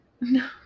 No